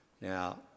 Now